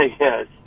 Yes